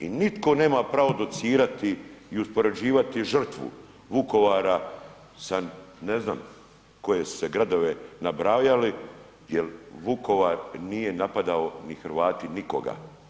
I nitko nema pravo docirati i uspoređivati žrtvu Vukovara sa ne znam koji su se gradove nabrajali jer Vukovar nije napadao i Hrvati nikoga.